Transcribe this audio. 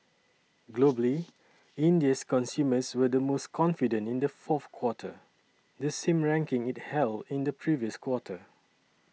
globally India's consumers were the most confident in the fourth quarter the same ranking it held in the previous quarter